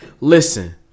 Listen